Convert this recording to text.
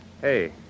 Hey